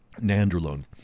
nandrolone